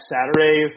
Saturday